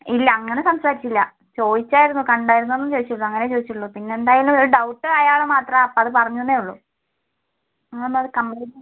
ഇല്ല അങ്ങനെ സംസാരിച്ചില്ല ചോദിച്ചായിരുന്നു കണ്ടായിരുന്നോ എന്ന് ചോദിച്ചുള്ളൂ അങ്ങനെ ചോദിച്ചുള്ളു പിന്നെ എന്തായാലും ഒരു ഡൗട്ട് അയാള് മാത്രമാണ് അത് പറഞ്ഞു എന്നെ ഉള്ളൂ മാം അത് കംപ്ലൈൻറ്റ്